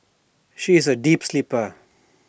she is A deep sleeper